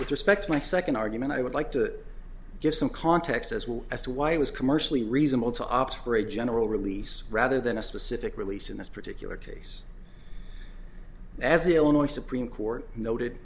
with respect my second argument i would like to give some context as well as to why it was commercially reasonable to opt for a general release rather than a specific release in this particular case as the illinois supreme court noted